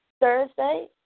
Thursday